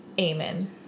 Amen